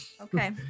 Okay